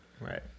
right